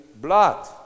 blood